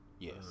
Yes